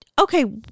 okay